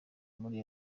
muri